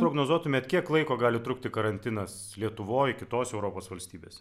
prognozuotumėt kiek laiko gali trukti karantinas lietuvoj kitose europos valstybėse